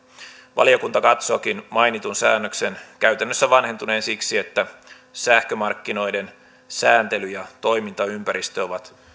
valiokunta katsookin mainitun säännöksen käytännössä vanhentuneen siksi että sähkömarkkinoiden sääntely ja toimintaympäristö ovat